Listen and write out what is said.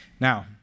Now